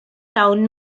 town